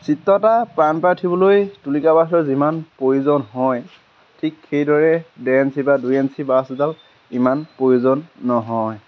চিত্ৰ এটা প্ৰাণ পাই উঠিবলৈ তুলিকাব্ৰাছৰ যিমান প্ৰয়োজন হয় ঠিক সেইদৰে ডেৰ এনচি বা দুই এনচি ব্ৰাছ এডাল ইমান প্ৰয়োজন নহয়